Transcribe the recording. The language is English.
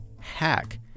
hack